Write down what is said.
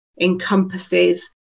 encompasses